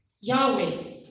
Yahweh